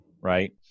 right